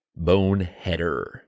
boneheader